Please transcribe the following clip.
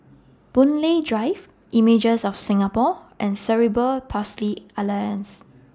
Boon Lay Drive Images of Singapore and Cerebral Palsy Alliance